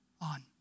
on